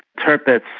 turpitz,